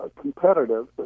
competitive